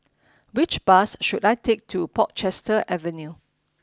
which bus should I take to Portchester Avenue